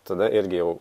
tada irgi jau